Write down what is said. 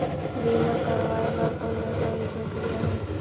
बीमा करवाय बार कौन दस्तावेज प्रक्रिया होएल?